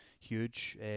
huge